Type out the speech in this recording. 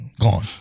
Gone